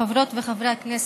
חברות וחברי הכנסת,